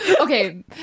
Okay